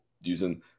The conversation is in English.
using